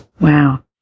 Wow